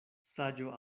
saĝo